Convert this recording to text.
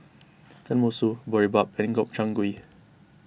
Tenmusu Boribap and Gobchang Gui